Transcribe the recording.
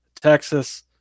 Texas